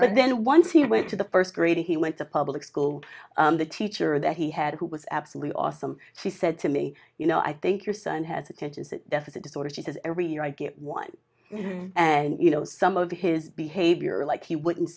but then once he went to the first grade he went to public school the teacher that he had who was absolutely awesome she said to me you know i think your son has attention deficit disorder she says every year i get one and you know some of his behavior like he wouldn't